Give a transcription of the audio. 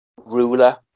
ruler